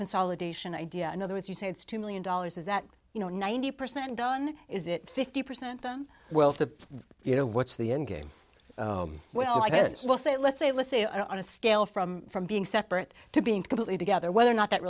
consolidation idea another is you say it's two million dollars is that you know ninety percent done is it fifty percent them well to you know what's the end game well i guess we'll say let's say let's say i want to scale from from being separate to being completely to gather whether or not that